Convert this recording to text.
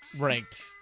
ranked